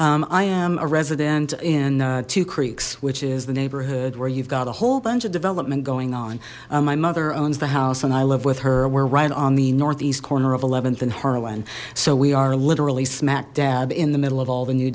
byrnes i am a resident in two creeks which is the neighborhood where you've got a whole bunch of development going on my mother owns the house and i live with her we're right on the northeast corner of th and harlan so we are literally smack dab in the middle of all the new